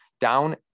down